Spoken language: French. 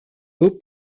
beau